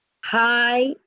Hi